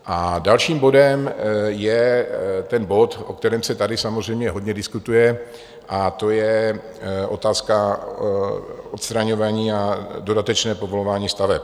A dalším bodem je ten bod, o kterém se tady samozřejmě hodně diskutuje, a to je otázka odstraňování a dodatečného povolování staveb.